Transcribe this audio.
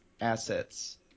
Assets